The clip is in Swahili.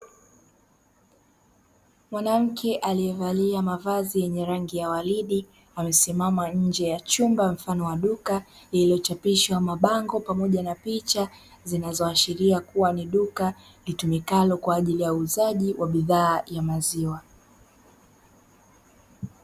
Mwanamke aliyevalia mavazi ya rangi ya waridi, amesimama nje ya chumba mfano wa duka, lilochapishwa mabango pamoja na picha, ikiashiria kuwa ni duka litumikalo kwa ajili ya uuzaji wa bidhaa ya maziwa.